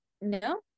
No